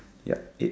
yup eight